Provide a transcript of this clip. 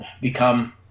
become